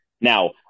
Now